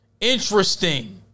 Interesting